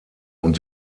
und